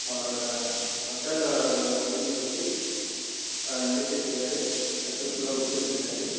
அவரோட மக்கள் மேலே ஒரு நம்பிக்கை வச்சு நடிச்சிட்டிருக்காரு சக்சஸ்ஃபுல்லாக கொடுத்துட்ருக்காரு